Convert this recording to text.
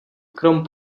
krom